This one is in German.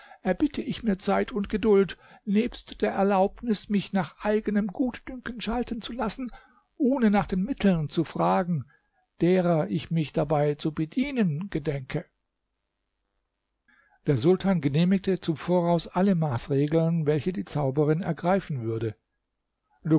erbitte ich mir zeit und geduld nebst der erlaubnis mich nach eigenem gutdünken schalten zu lassen ohne nach den mitteln zu fragen deren ich mich dabei zu bedienen gedenke der sultan genehmigte zum voraus alle maßregeln welche die zauberin ergreifen würde